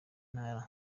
ntara